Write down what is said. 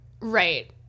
Right